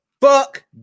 Fuck